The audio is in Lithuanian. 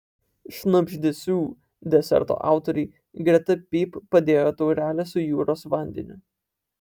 šnabždesių deserto autoriai greta pyp padėjo taurelę su jūros vandeniu